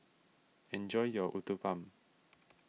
enjoy your Uthapam